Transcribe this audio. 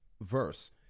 verse